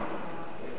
זה המציאות.